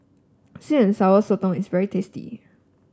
sweet and Sour Sotong is very tasty